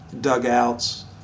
dugouts